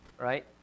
right